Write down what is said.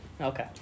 Okay